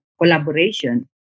collaboration